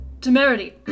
temerity